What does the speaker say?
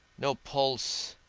no pulse,